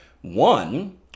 one